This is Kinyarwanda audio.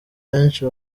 benshi